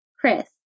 Chris